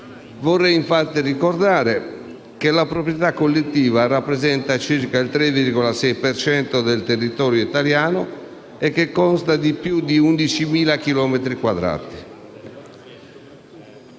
Vorrei, infatti, ricordare che la proprietà collettiva rappresenta circa il 3,6 per cento del territorio italiano e che consta di più di 11.000